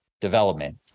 development